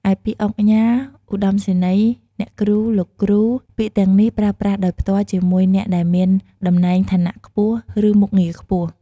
ឯពាក្យ ឧកញ៉ា ឧត្ដមសេនីយ៍ អ្នកគ្រូ លោកគ្រូ ពាក្យទាំងនេះប្រើប្រាស់ដោយផ្ទាល់ជាមួយ អ្នកដែលមានតំណែង ឋានៈខ្ពស់ ឬមុខងារខ្ពស់។